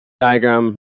diagram